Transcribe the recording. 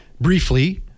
briefly